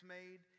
made